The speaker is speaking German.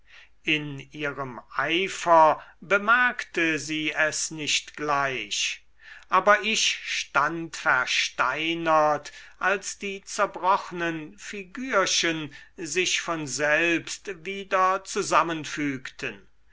in ihrem eifer bemerkte sie es nicht gleich aber ich stand versteinert als die zerbrochnen figürchen sich von selbst wieder zusammenfügten